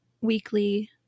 weekly